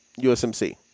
USMC